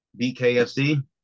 BKFC